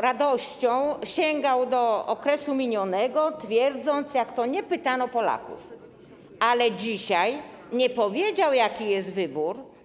radością sięgał do okresu minionego, twierdząc, że nie pytano Polaków, ale dzisiaj nie powiedział, jaki jest wybór.